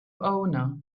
owner